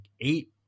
eight